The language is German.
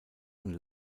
und